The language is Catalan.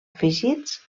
afegits